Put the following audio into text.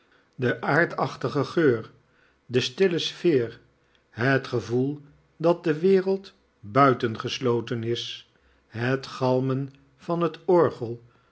de aardachtige geur de stille sfeer het gevoel dat de wereld buitengesloten is het galmen van het orgel